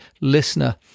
listener